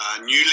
newly